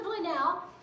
now